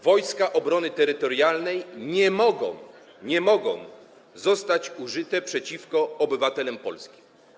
Wojska Obrony Terytorialnej nie mogą zostać użyte przeciwko obywatelom polskim.